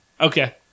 Okay